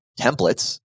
templates